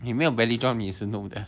你没有 velodrome 你是 noob 的